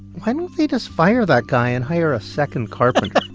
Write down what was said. why don't they just fire that guy and hire a second carpenter.